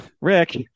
Rick